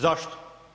Zašto?